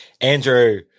Andrew